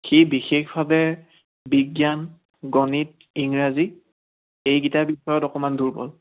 সি বিশেষভাৱে বিজ্ঞান গণিত ইংৰাজী এইকেইটা বিষয়ত অকণমান দুৰ্বল